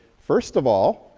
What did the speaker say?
first of all,